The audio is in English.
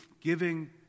giving